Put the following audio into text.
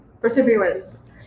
perseverance